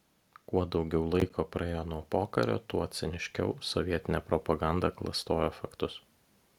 kuo daugiau laiko praėjo nuo pokario tuo ciniškiau sovietinė propaganda klastojo faktus